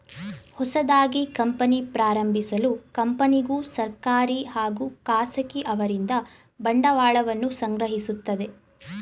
ಹೊಸದಾಗಿ ಕಂಪನಿ ಪ್ರಾರಂಭಿಸಲು ಕಂಪನಿಗೂ ಸರ್ಕಾರಿ ಹಾಗೂ ಖಾಸಗಿ ಅವರಿಂದ ಬಂಡವಾಳವನ್ನು ಸಂಗ್ರಹಿಸುತ್ತದೆ